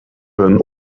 hun